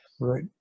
Right